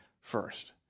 first